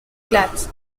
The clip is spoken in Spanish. claros